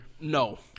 No